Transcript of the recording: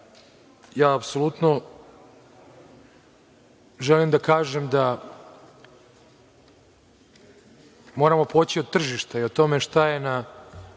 krave. Apsolutno želim da kažem da moramo poći od tržišta i o tome šta je na